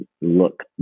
look